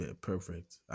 Perfect